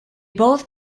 both